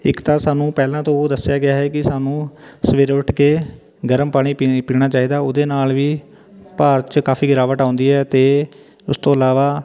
ਇੱਕ ਤਾਂ ਸਾਨੂੰ ਪਹਿਲਾਂ ਤੋਂ ਉਹ ਦੱਸਿਆ ਗਿਆ ਹੈ ਕਿ ਸਾਨੂੰ ਸਵੇਰੇ ਉੱਠ ਕੇ ਗਰਮ ਪਾਣੀ ਪੀ ਪੀਣਾ ਚਾਹੀਦਾ ਉਹਦੇ ਨਾਲ ਵੀ ਭਾਰ 'ਚ ਕਾਫੀ ਗਿਰਾਵਟ ਆਉਂਦੀ ਹੈ ਅਤੇ ਉਸ ਤੋਂ ਇਲਾਵਾ